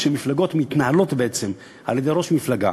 כשמפלגות מתנהלות בעצם על-ידי ראש מפלגה,